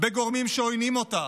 בגורמים שעוינים אותה.